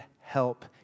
help